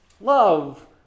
love